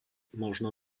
možno